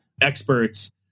experts